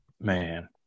Man